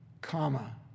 comma